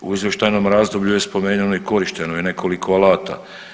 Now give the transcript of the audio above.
U izvještajnom razdoblju je spomenjeno i korišteno je nekoliko alata.